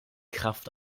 kraft